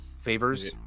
Favors